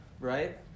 right